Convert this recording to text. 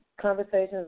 conversations